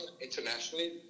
internationally